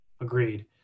Agreed